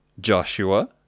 Joshua